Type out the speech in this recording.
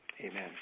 Amen